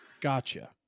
Gotcha